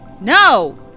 No